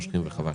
וחבל.